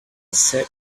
said